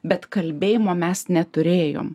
bet kalbėjimo mes neturėjom